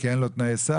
כי אין לו תנאי סף?